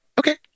Okay